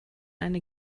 eine